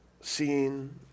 seeing